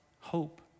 hope